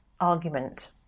argument